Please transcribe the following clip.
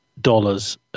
dollars –